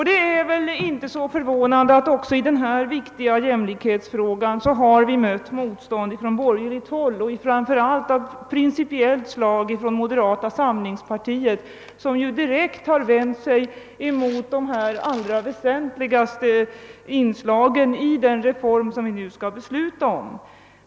Det är inte så förvånande att vi även i den här viktiga jämlikhetsfrågan har mött motstånd från borgerligt håll, framför allt av principiellt slag från moderata samlingspartiet, som direkt har vänt sig mot de allra väsentligaste inslagen i den reform vi nu skall besluta om.